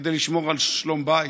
כדי לשמור על שלום בית,